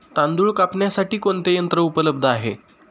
तांदूळ कापण्यासाठी कोणते यंत्र उपलब्ध आहे?